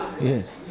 Yes